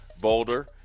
boulder